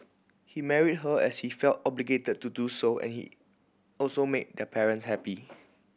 he married her as he felt obligated to do so and he also made the parents happy